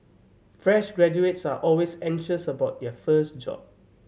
fresh graduates are always anxious about their first job